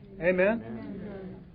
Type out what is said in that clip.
Amen